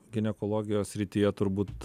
ginekologijos srityje turbūt